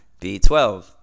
B12